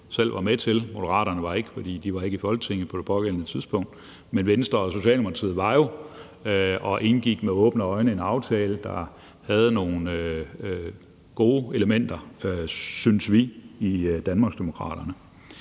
selv var med til. Moderaterne var ikke, for de var ikke i Folketinget på det pågældende tidspunkt. Men Venstre og Socialdemokratiet var jo og indgik med åbne øjne en aftale, der havde nogle gode elementer, synes vi i Danmarksdemokraterne.